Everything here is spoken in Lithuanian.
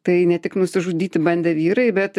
tai ne tik nusižudyti bandę vyrai bet